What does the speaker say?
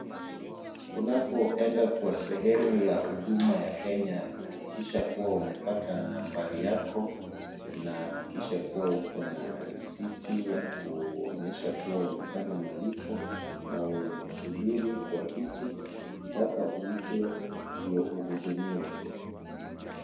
Unapoenda kwa sehemu ya huduma ya Kenya, hakikisha kuwa umepata nambari yako, na hakikisha kuwa uko na risiti ya kuonyesha kuwa umefanya malipo na usubiri kwa kiti mpaka uitwe ndio uhudumiwe.